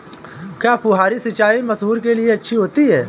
क्या फुहारी सिंचाई मसूर के लिए अच्छी होती है?